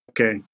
Okay